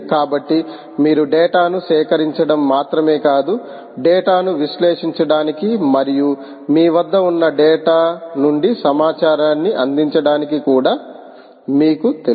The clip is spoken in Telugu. కాబట్టి మీరు డేటాను సేకరించడం మాత్రమే కాదు డేటాను విశ్లేషించడానికి మరియు మీ వద్ద ఉన్న డేటా నుండి సమాచారాన్ని అందించడానికి కూడా మీకు తెలుసు